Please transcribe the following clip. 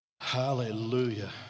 hallelujah